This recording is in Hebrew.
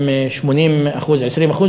עם 80% ו-20%,